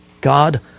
God